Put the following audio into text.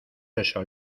eso